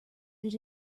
did